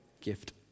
Gift